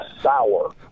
sour